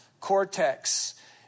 cortex